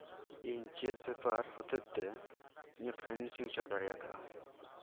ᱤᱧ ᱪᱮᱫ ᱵᱮᱯᱟᱨ ᱦᱚᱛᱮᱛᱮ ᱨᱮ ᱤᱧᱟᱹᱜ ᱯᱷᱟᱭᱱᱟᱱᱥᱤᱧ ᱩᱪᱟᱹᱲ ᱫᱟᱲᱮᱭᱟᱠᱟᱜᱼᱟ